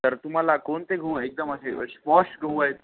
तर तुम्हाला कोणते गहू हे एकदम अशे श पॉश गहू आहेत